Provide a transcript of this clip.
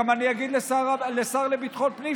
אני גם אגיד לשר לביטחון הפנים,